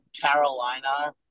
Carolina